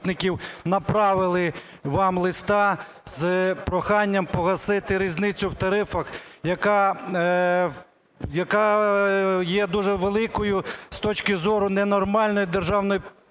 направили вам листа з проханням погасити різницю в тарифах, яка є дуже великою з точки зору ненормальної державної